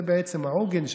זה בעצם העוגן,